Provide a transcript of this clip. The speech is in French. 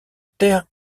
terre